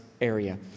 area